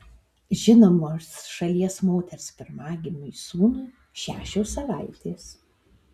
žinomos šalies moters pirmagimiui sūnui šešios savaitės